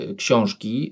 książki